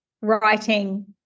writing